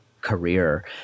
career